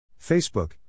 Facebook